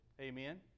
Amen